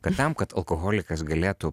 kad tam kad alkoholikas galėtų